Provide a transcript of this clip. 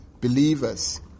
believers